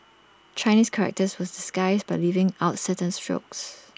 Chinese characters were disguised by leaving out certain strokes